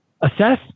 assess